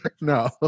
no